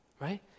right